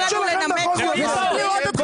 --- רביבו, אני קורא אותך